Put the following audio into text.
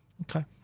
okay